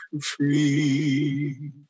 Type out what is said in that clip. free